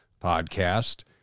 podcast